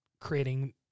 creating